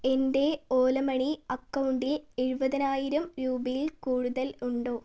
എൻ്റെ ഓല മണി അക്കൗണ്ടിൽ എഴുപതിനായിരം രൂപയിൽ കൂടുതൽ ഉണ്ടോ